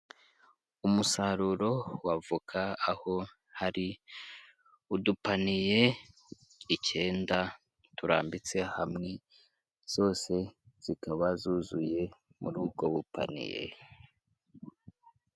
Umusaruro wa voka, aho hari udupaniye icyenda turambitse hamwe, zose zikaba zuzuye muri ubwo bupaniye.